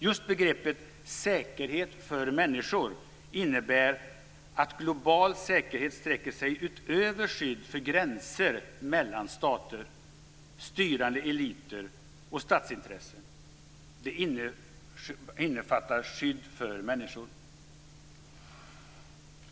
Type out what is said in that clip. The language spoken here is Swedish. Just begreppet "säkerhet för människor" innebär att global säkerhet sträcker sig utöver skydd för gränser mellan stater, styrande eliter och statsintressen. Det innefattar skydd för människor.